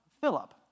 Philip